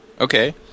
Okay